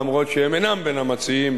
אף שהם אינם בין המציעים,